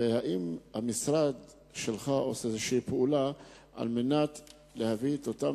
והאם המשרד שלך עושה פעולה כלשהי על מנת להביא את אותם